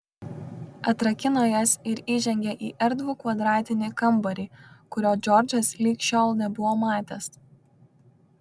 atrakino jas ir įžengė į erdvų kvadratinį kambarį kurio džordžas lig šiol nebuvo matęs